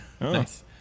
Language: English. Nice